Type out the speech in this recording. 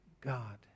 God